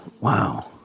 Wow